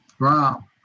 Wow